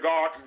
God